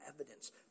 evidence